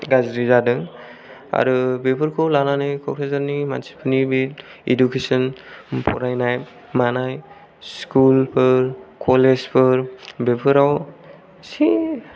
गाज्रि जादों आरो बेफोरखौ लानानै क'क्राझारनि मानसि फोरनि बे इजुकेशन फरायनाय मानाय स्कुल फोर कलेज फोर बेफोराव एसे